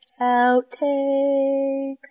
Outtakes